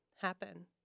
happen